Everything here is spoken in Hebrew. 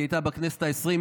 היא הייתה בכנסת העשרים.